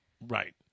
Right